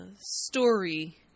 story